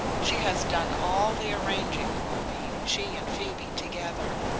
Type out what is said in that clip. she has done all the arranging for me she and phoebe together.